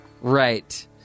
right